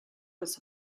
was